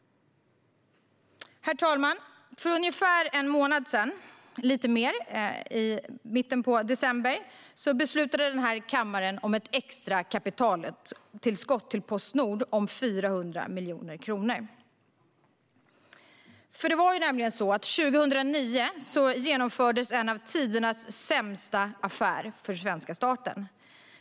Herr talman! För lite mer än en månad sedan - i mitten av december - beslutade denna kammare om ett extra kapitaltillskott till Postnord om 400 miljoner kronor. År 2009 genomfördes nämligen en av tidernas sämsta affärer för svenska staten.